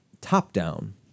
top-down